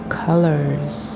colors